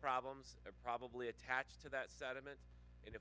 problems are probably attached to that sediment